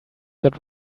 got